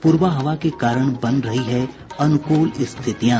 पूरबा हवा के कारण बन रही हैं अनुकूल स्थितियां